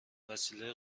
وسیله